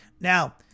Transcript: Now